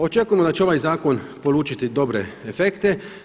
Očekujemo da će ovaj zakon polučiti dobre efekte.